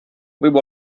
võib